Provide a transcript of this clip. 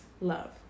love